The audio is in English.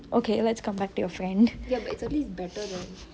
okay let's come back to your friend